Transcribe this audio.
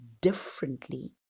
differently